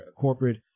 corporate